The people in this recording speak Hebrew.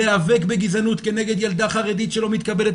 להיאבק בגזענות כנגד ילדה חרדית שלא מתקבלת